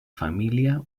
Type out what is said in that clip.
família